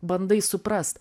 bandai suprast